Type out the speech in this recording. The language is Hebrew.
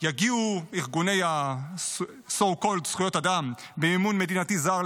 יגיעו לבג"ץ ארגוני so called זכויות אדם במימון מדינתי זר,